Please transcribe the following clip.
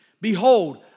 Behold